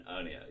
earlier